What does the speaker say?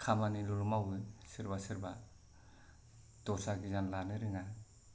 खामानिल' मावो सोरबा सोरबा दस्रा गियान लानो रोङा